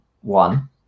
one